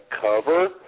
cover